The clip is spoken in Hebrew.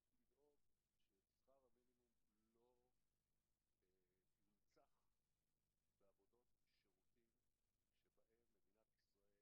לדאוג ששכר המינימום לא יונצח בעבודות שירותים שבהן מדינת ישראל